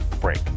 break